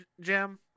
Jim